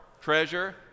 treasure